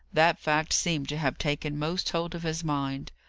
that fact seemed to have taken most hold of his mind.